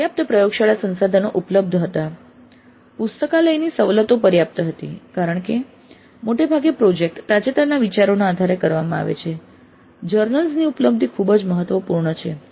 પર્યાપ્ત પ્રયોગશાળા સંસાધનો ઉપલબ્ધ હતા "પુસ્તકાલયની સવલતો પર્યાપ્ત હતી" કારણ કે મોટાભાગે પ્રોજેક્ટ તાજેતરના વિચારોના આધારે કરવામાં આવે છે જર્નલ્સ ની ઉપલબ્ધી ખૂબ જ મહત્વપૂર્ણ છે